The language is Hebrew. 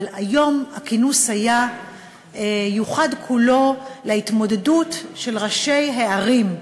אבל היום הכינוס יוחד כולו להתמודדות של ראשי הערים,